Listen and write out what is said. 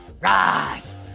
rise